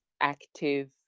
active